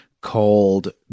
called